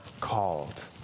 Called